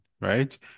right